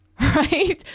Right